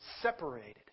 Separated